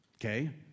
okay